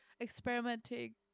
experimenting